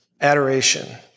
Adoration